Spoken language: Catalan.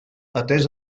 atès